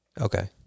Okay